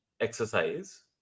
exercise